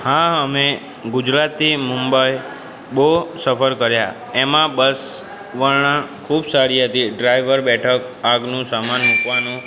હા અમે ગુજરાતથી મુંબઈ બહું સફર કર્યા એમાં બસ વર્ણા ખૂબ સારી હતી ડ્રાઈવર બેઠક આગનો સામાન મૂકવાનો